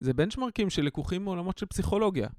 זה בנצ׳מרקים שלקוחים מעולמות של פסיכולוגיה